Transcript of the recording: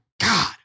God